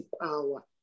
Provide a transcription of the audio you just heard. power